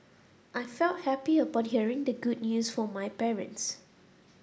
I felt happy upon hearing the good news from my parents